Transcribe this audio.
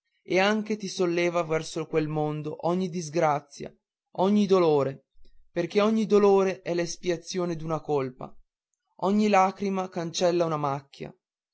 e anche ti solleva verso quel mondo ogni disgrazia ogni dolore perché ogni dolore è l'espiazione d'una colpa ogni lacrima cancella una macchia